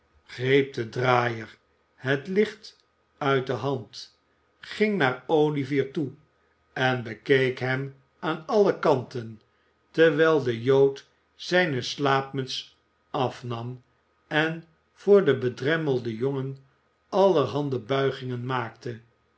greep den draaier het licht uit de hand ging naar olivier toe en bekeek hem aan afle kanten terwij'f de jood zijne slaapmuts afnam en voor den bedremmelden jongen allerhande buigingen maakte